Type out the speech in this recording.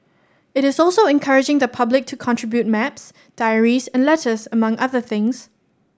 it is also encouraging the public to contribute maps diaries and letters among other things